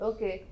Okay